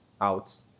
out